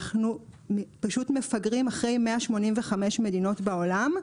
אנחנו פשוט מפגרים אחרי 185 מדינות בעולם.